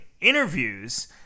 interviews